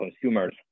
consumers